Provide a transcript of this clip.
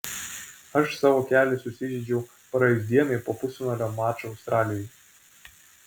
aš savo kelį susižeidžiau praėjus dienai po pusfinalio mačo australijoje